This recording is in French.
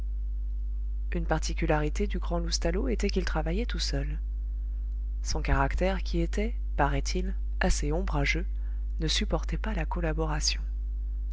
une particularité du grand loustalot était qu'il travaillait tout seul son caractère qui était paraît-il assez ombrageux ne supportait pas la collaboration